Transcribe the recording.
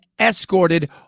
escorted